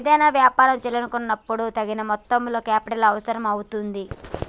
ఏదైనా యాపారం చేయాలనుకున్నపుడు తగిన మొత్తంలో కేపిటల్ అవసరం అవుతుంది